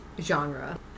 genre